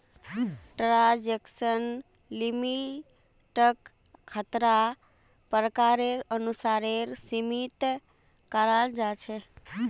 transaction लिमिटक खातार प्रकारेर अनुसारेर सीमित कराल जा छेक